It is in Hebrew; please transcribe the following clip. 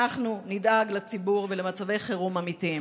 אנחנו נדאג לציבור ולמצבי חירום אמיתיים.